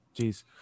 Jeez